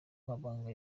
amabanga